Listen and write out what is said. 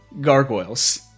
Gargoyles